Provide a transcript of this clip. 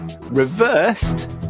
reversed